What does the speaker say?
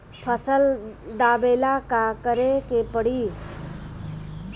फसल दावेला का करे के परी?